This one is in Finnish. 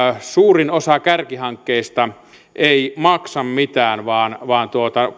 suurin osa kärkihankkeista ei maksa mitään vaan vaan